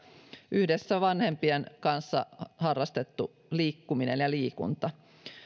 yhdessä vanhempien kanssa harrastettu liikkuminen ja liikunta